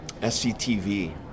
SCTV